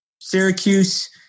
Syracuse